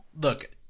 Look